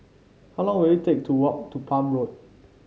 how long will it take to walk to Palm Road